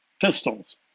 pistols